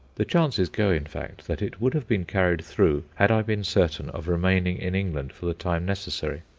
the chances go, in fact, that it would have been carried through had i been certain of remaining in england for the time necessary.